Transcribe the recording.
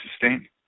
sustain